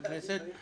עם מוגבלות (כללים לזכאות להסעה לליווי ולארגון ההסעה),